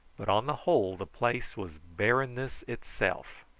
but on the whole the place was barrennesss itself.